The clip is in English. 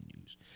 news